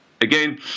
Again